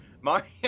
Mario